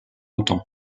autant